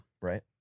Right